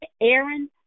Aaron